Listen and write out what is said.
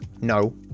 No